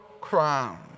crown